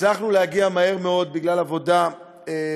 הצלחנו להגיע מהר מאוד, בגלל עבודה מוקדמת,